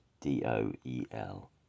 D-O-E-L